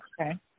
Okay